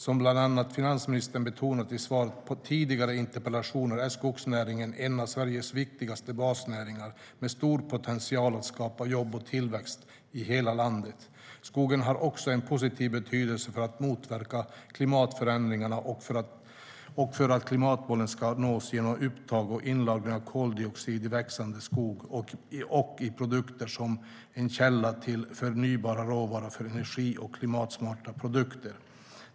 Som bland andra finansministern betonat i svar på tidigare interpellationer är skogsnäringen en av Sveriges viktigaste basnäringar, med stor potential att skapa jobb och tillväxt i hela landet. Skogen har också en positiv betydelse för att motverka klimatförändringarna och för att klimatmålen ska nås genom upptag och inlagring av koldioxid i växande skog och i produkter, samt som källa till förnybar råvara för energi och klimatsmarta produkter.